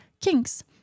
kinks